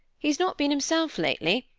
he's not been himself lately,